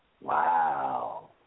Wow